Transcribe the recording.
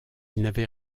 n’avait